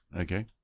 Okay